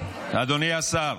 אדוני השר.